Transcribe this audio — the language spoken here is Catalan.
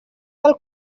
del